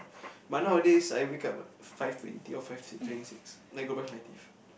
but nowadays I wake up like five twenty or five twenty six then I go brush my teeth